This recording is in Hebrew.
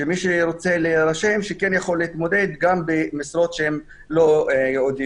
כך שמי שרוצה להירשם כן יכול להתמודד גם במשרות שהן לא ייעודיות.